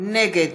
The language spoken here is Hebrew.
נגד